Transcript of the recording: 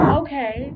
okay